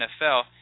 NFL